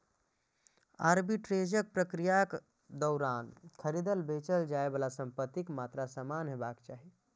आर्बिट्रेजक प्रक्रियाक दौरान खरीदल, बेचल जाइ बला संपत्तिक मात्रा समान हेबाक चाही